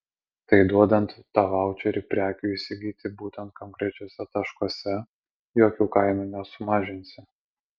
tai duodant tą vaučerį prekių įsigyti būtent konkrečiuose taškuose jokių kainų nesumažinsi